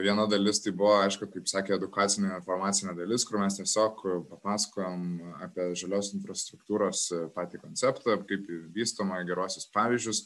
viena dalis tai buvo aišku kaip sakė edukacinė informacinė dalis kur mes tiesiog papasakojom apie žalios infrastruktūros patį konceptą kaip ji vystoma geruosius pavyzdžius